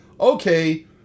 Okay